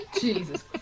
Jesus